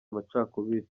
amacakubiri